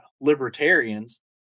libertarians